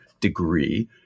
degree